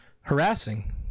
harassing